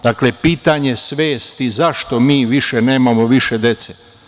Dakle, pitanje svesti zašto mi nemamo više dece.